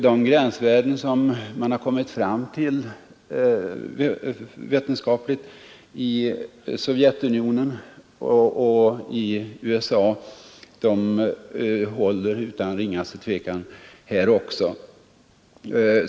De gränsvärden man har kommit fram till på vetenskaplig väg i Sovjetunionen och i USA håller utan ringaste tvivel här också.